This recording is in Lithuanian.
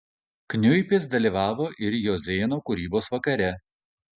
kniuipis dalyvavo ir jozėno kūrybos vakare